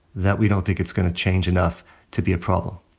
that we don't think it's going to change enough to be a problem.